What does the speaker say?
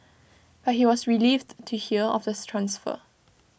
but he was relieved to hear of this transfer